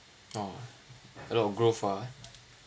oh hello grow far